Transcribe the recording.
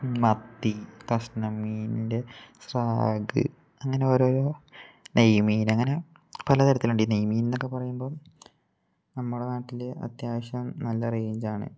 മത്തി കഷ്ണം മീനിന്റെ സ്രാവ് അങ്ങനെ ഓരോരോ നെയ്മീൻ അങ്ങനെ പലതരത്തിലുണ്ട് ഈ നെയ്മീനെന്നൊക്കെ പറയുമ്പോള് നമ്മുടെ നാട്ടില് അത്യാവശ്യം നല്ല റേയ്ഞ്ചാണ്